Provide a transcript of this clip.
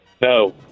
No